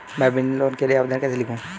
मैं business loan के लिए आवेदन कैसे लिखूँ?